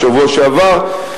בשבוע שעבר,